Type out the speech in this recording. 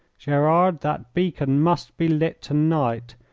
gerard, that beacon must be lit to-night.